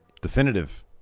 Definitive